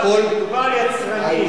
מדובר על יצרנים.